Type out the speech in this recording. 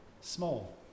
small